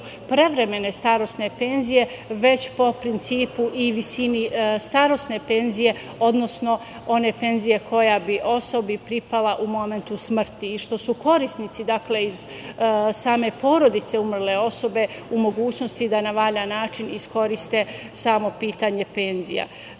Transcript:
prevremene starosne penzije, već po principu i visini starosne penzije, odnosno one penzije koja bi osobi pripala u momentu smrti, i što su korisnici iz same porodice umrle osobe u mogućnosti da na valjan način iskoriste samo pitanje penzija.